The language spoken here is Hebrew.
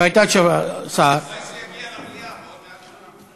מתי זה יגיע למליאה, בעוד 100 שנה?